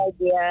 idea